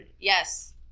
Yes